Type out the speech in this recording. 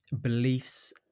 beliefs